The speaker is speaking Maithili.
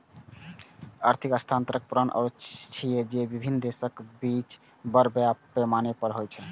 निर्यात आर्थिक हस्तांतरणक पुरान रूप छियै, जे विभिन्न देशक बीच बड़ पैमाना पर होइ छै